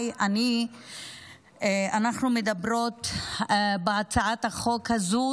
אנחנו מדברות בהצעת החוק הזאת,